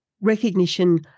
recognition